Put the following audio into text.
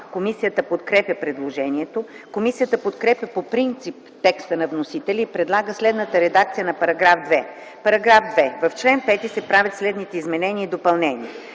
Комисията подкрепя предложението. Комисията подкрепя по принцип текста на вносителя и предлага следната редакция на § 3: „§ 3. В чл. 6 се правят следните изменения и допълнения: